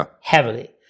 heavily